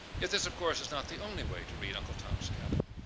yet this of course is not the only way to read uncle tom's cabin.